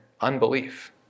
unbelief